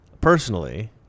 personally